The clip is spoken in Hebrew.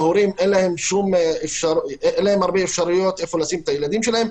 להורים אין הרבה אפשרויות איפה לשים את הילדים שלהם.